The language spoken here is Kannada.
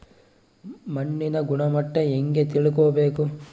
ಮಣ್ಣಿನ ಗುಣಮಟ್ಟ ಹೆಂಗೆ ತಿಳ್ಕೊಬೇಕು?